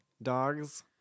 dogs